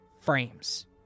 frames